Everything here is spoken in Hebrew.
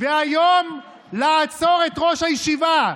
והיום לעצור את ראש הישיבה?